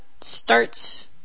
starts